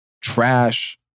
trash